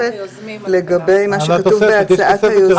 לגבי התוספת.